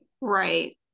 right